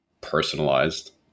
personalized